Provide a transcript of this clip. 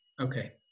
Okay